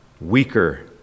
Weaker